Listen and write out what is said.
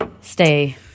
stay